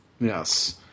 Yes